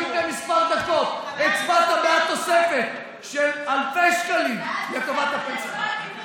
רק לפני כמה דקות הצבעת בעד תוספת של אלפי שקלים לטובת הפנסיה,